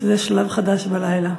שזה שלב חדש בלילה.